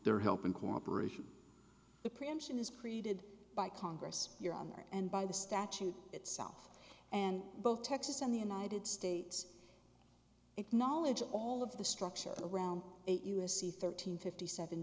their help and cooperation the preemption is created by congress your honor and by the statute itself and both texas and the united states acknowledge all of the structure around it u s c thirteen fifty seven